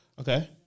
Okay